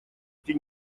эти